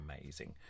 amazing